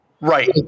right